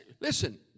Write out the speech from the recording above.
listen